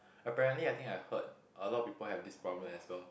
apparently I think I heard a lot of people have this problem as well